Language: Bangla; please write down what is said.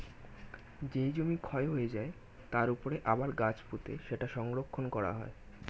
যেই জমি ক্ষয় হয়ে যায়, তার উপর আবার গাছ পুঁতে সেটা সংরক্ষণ করা হয়